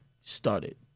started